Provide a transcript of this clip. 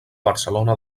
barcelona